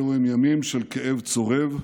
אלו הם ימים של כאב צורב,